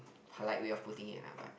polite way of putting it lah but